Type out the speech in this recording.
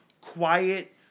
quiet